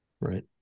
Right